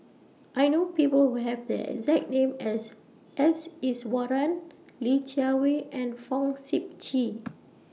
I know People Who Have The exact name as S Iswaran Li Jiawei and Fong Sip Chee